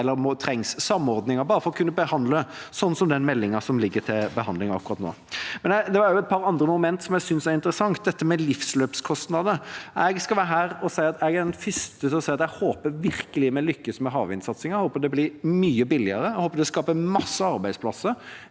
som trengs, samordningen, bare for å kunne behandle f.eks. den meldinga som ligger til behandling akkurat nå. Det er også et par andre momenter som jeg synes er interessante, bl.a. dette med livsløpskostnader: Jeg skal være den første til å si at jeg håper virkelig vi lykkes med havvindsatsingen, jeg håper det blir mye billigere, jeg håper det skaper mange arbeidsplasser.